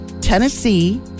Tennessee